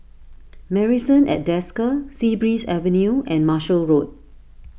Marrison at Desker Sea Breeze Avenue and Marshall Road